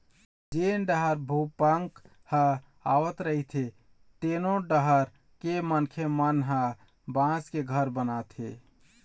जेन डहर भूपंक ह आवत रहिथे तेनो डहर के मनखे मन ह बांस के घर बनाथे